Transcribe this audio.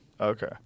Okay